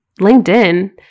LinkedIn